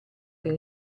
per